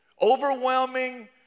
overwhelming